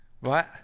Right